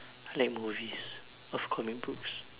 I like movies of comic books